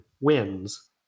wins